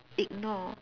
ignore